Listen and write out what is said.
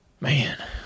Man